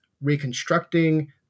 reconstructing